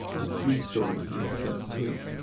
up three stories instead of two.